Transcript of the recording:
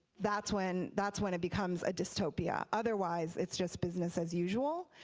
that's when that's when it becomes a dystopia. otherwise, it's just business as usual.